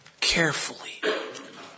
carefully